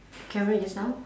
camera just now